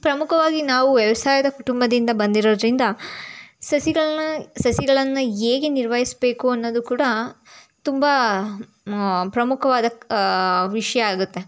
ಪ್ರಮುಖವಾಗಿ ನಾವು ವ್ಯವಸಾಯದ ಕುಟುಂಬದಿಂದ ಬಂದಿರೋದರಿಂದ ಸಸಿಗಳನ್ನ ಸಸಿಗಳನ್ನುನ್ನ ಹೇಗೆ ನಿರ್ವಹಿಸಬೇಕು ಅನ್ನೋದು ಕೂಡ ತುಂಬಾ ಪ್ರಮುಖವಾದ ವಿಷಯ ಆಗುತ್ತೆ